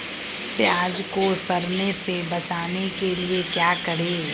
प्याज को सड़ने से बचाने के लिए क्या करें?